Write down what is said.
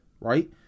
right